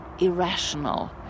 irrational